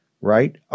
right